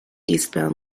eastbound